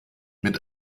mit